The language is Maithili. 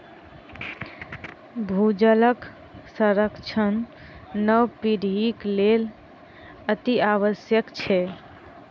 भूजलक संरक्षण नव पीढ़ीक लेल अतिआवश्यक छै